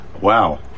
Wow